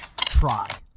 try